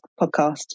podcast